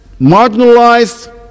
marginalized